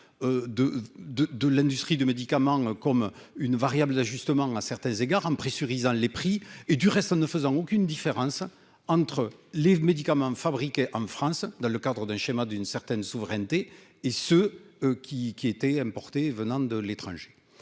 de l'industrie de médicaments comme une variable d'ajustement à certains égards pressuriser les prix et, du reste, ne faisant aucune différence entre les médicaments fabriqués en France, dans le cadre d'un schéma d'une certaine souveraineté et ceux qui qui était venant de l'étranger